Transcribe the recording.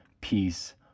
peace